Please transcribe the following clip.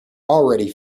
already